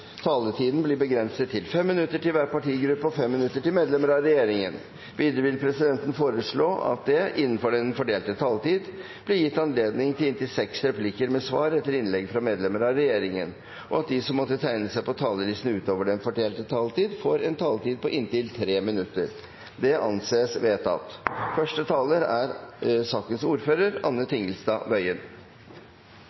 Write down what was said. taletiden blir begrenset til 5 minutter til hver partigruppe og 5 minutter til medlemmer av regjeringen. Videre vil presidenten foreslå at det blir gitt anledning til replikkordskifte på inntil seks replikker med svar etter innlegg fra medlemmer av regjeringen innenfor den fordelte taletid, og at de som måtte tegne seg på talerlisten utover den fordelte taletid, får en taletid på inntil 3 minutter. – Det anses vedtatt. Først en takk til representanten Knag Fylkesnes, som opprinnelig var ordfører